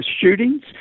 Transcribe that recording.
shootings